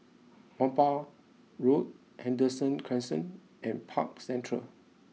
Whampoa Road Henderson Crescent and Park Central